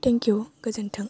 thank you गोजोन्थों